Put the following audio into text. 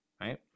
right